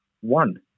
one